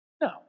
No